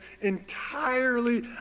entirely